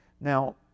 Now